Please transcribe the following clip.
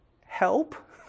help